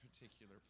particular